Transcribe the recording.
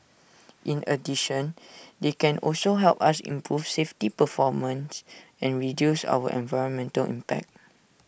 in addition they can also help us improve safety performance and reduce our environmental impact